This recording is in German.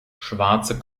schwarze